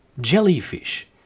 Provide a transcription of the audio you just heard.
jellyfish